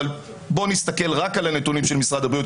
בואו נסתכל רק על הנתונים של משרד הבריאות,